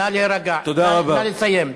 נא לסיים.